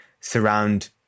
surround